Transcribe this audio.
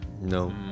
No